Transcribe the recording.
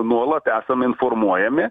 nuolat esame informuojami